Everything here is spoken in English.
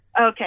okay